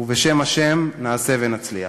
ובשם השם נעשה ונצליח.